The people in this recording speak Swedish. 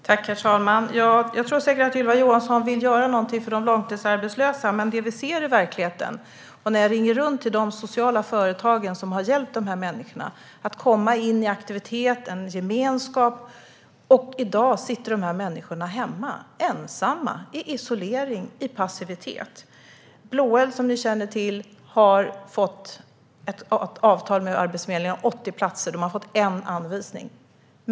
Herr talman! Jag tror säkert att Ylva Johansson vill göra någonting för de långtidsarbetslösa. Men det som vi ser i verkligheten - jag har exempelvis ringt runt till de sociala företag som har hjälpt dessa människor att komma in i aktivitet och gemenskap - är att dessa människor i dag sitter hemma ensamma i isolering och i passivitet. Blåeld, som ni känner till, har fått ett avtal med Arbetsförmedlingen som gäller 80 platser. De har fått en anvisning.